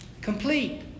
Complete